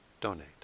donate